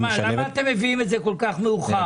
למה אתם מביאים את זה כל כך מאוחר?